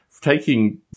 taking